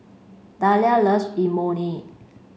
Dahlia loves Imoni